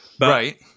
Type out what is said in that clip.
right